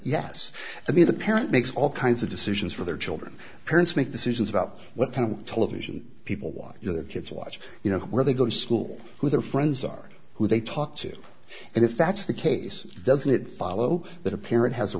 yes i mean the parent makes all kinds of decisions for their children parents make decisions about what kind of television people watch your kids watch you know where they're going to school who their friends are who they talk to and if that's the case doesn't it follow that appear it has